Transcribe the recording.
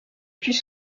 plus